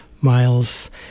Miles